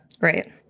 Right